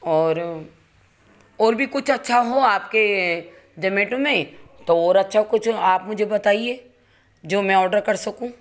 और और भी कुछ अच्छा हो आपके जोमैटो नहीं तो और अच्छा कुछ आप मुझे बताइए जो मैं आर्डर कर सकूँ